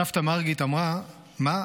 סבתא מרגיט אמרה: מה?